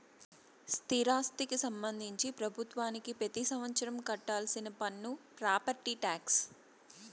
స్థిరాస్తికి సంబంధించి ప్రభుత్వానికి పెతి సంవత్సరం కట్టాల్సిన పన్ను ప్రాపర్టీ టాక్స్